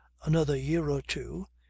another year or two,